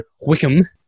Wickham